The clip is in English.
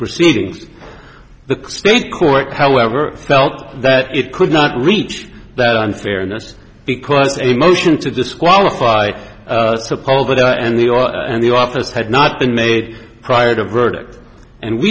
proceedings the state court however felt that it could not reach that unfairness because a motion to disqualify so called that and the all and the office had not been made prior to verdict and we